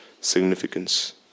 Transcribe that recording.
significance